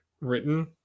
written